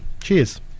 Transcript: Cheers